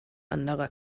anderer